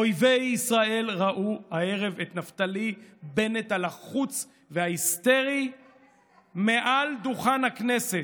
אויבי ישראל ראו הערב את נפתלי בנט הלחוץ וההיסטרי מעל דוכן הכנסת.